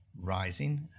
rising